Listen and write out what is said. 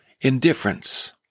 Indifference